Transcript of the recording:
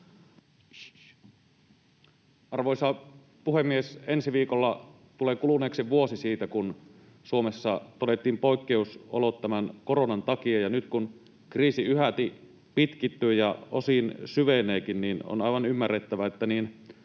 Arvoisa puhemies! Ensi viikolla tulee kuluneeksi vuosi siitä, kun Suomessa todettiin poikkeusolot tämän koronan takia, ja nyt kun kriisi yhäti pitkittyy ja osin syveneekin, niin on aivan ymmärrettävää, että